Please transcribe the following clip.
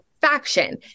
faction